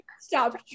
stop